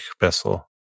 Bessel